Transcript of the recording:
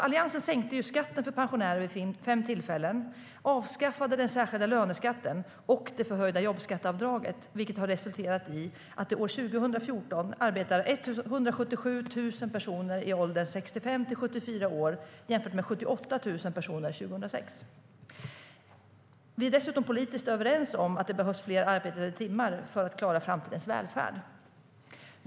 Alliansen sänkte skatten för pensionärer vid fem tillfällen, avskaffade den särskilda löneskatten och det förhöjda jobbskatteavdraget, vilket har resulterat i att det år 2014 arbetar 177 000 personer i åldern 65-74 år jämfört med 78 000 personer 2006. Vi är dessutom politiskt överens om att det behövs fler arbetade timmar för att klara framtidens välfärd.